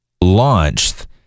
launched